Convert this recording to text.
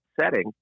setting